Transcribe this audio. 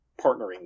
partnering